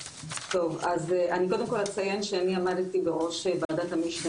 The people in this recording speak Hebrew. אני קודם כל אציין שאני עמדתי בראש ועדת המשנה